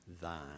thine